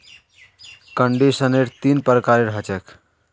conditioner तीन प्रकारेर ह छेक